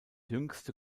jüngste